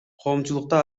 коомчулукта